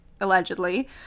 allegedly